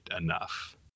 enough